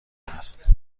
هست